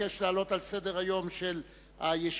ביקש להעלות על סדר-היום של ישיבת